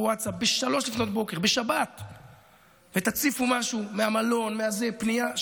ווטסאפ ב-3:00 בשבת ותציף משהו מהמלון או פנייה,